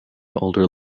older